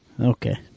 Okay